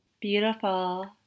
Beautiful